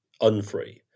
unfree